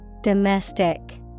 Domestic